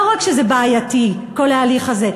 לא רק שזה בעייתי כל ההליך הזה,